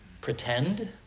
Pretend